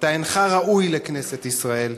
אתה אינך ראוי לכנסת ישראל,